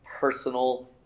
personal